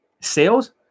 Sales